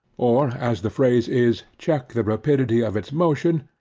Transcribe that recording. or, as the phrase is, check the rapidity of its motion,